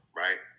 right